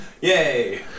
Yay